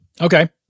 Okay